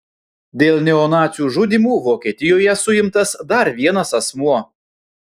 dėl neonacių žudymų vokietijoje suimtas dar vienas asmuo